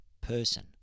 person